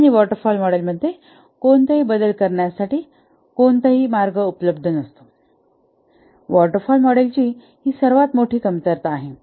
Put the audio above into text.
आणि waterfall मॉडेलमध्ये कोणताही बदल करण्यासाठी कोणताही मार्ग उपलब्ध नाही वॉटर फॉल मॉडेलची ही सर्वात मोठी कमतरता आहे